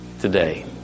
today